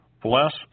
Bless